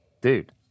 dude